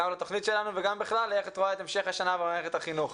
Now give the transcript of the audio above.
גם לתוכנית שלנו וגם בכלל לאיך את רואה את המשך השנה במערכת החינוך.